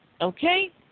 Okay